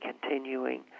continuing